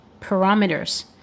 parameters